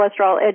Cholesterol